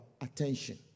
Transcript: attention